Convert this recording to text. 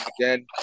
again